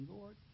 Lord